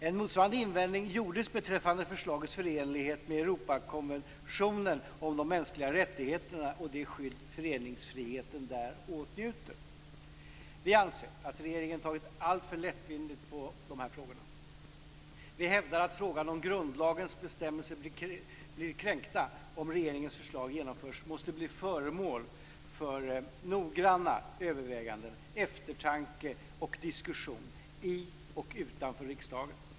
En motsvarande invändning gjordes beträffande förslagets förenlighet med Europakonventionen om de mänskliga rättigheterna och det skydd föreningsfriheten där åtnjuter. Vi anser att regeringen tagit alltför lättvindigt på dessa frågor. Vi hävdar att frågan om grundlagens bestämmelser blir kränkta om regeringens förslag genomförs måste bli föremål för noggranna överväganden, eftertanke och diskussion i och utanför riksdagen.